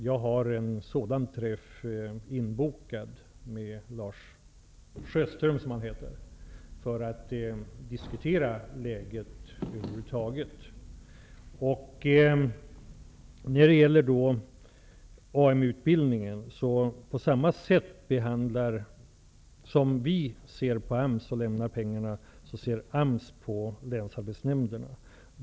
Jag har en sådan träff inbokad med Lars Sjöström i Stockholm för att diskutera läget över huvud taget. När det gäller AMU-utbildningen, ser vi på AMS på samma sätt som AMS ser på Länsarbetsnämnderna.